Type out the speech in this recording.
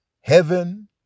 Heaven